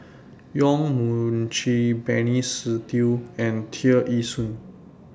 Yong Mun Chee Benny Se Teo and Tear Ee Soon